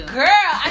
girl